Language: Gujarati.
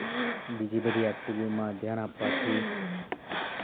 બીજી બધી એક્ટીવીટીમાં ધ્યાન આપવાથી